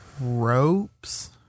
Ropes